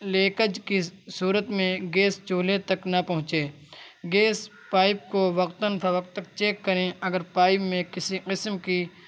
leakage کی صورت میں گیس چولہے تک نہ پہنچے گیس پائپ کو وقتاً فوقتک چیک کریں اگر پائپ میں کسی قسم کی